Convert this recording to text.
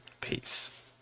peace